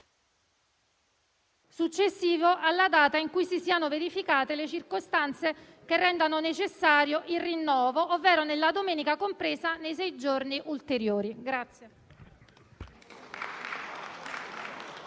successivo alla data in cui si siano verificate le circostanze che rendono necessario il rinnovo ovvero nella domenica compresa nei sei giorni ulteriori.